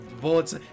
Bullets